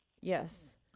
yes